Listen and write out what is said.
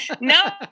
no